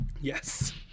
Yes